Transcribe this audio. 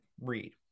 read